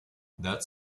that